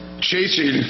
Chasing